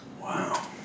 Wow